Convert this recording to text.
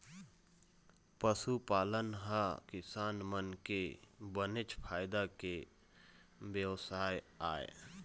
पशुपालन ह किसान मन के बनेच फायदा के बेवसाय आय